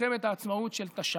למלחמת העצמאות של תש"ח,